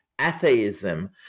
atheism